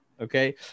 Okay